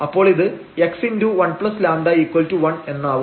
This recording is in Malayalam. അപ്പോൾ ഇത് x1λ1 എന്നാവും